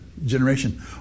Generation